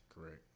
Correct